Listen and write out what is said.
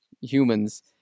Humans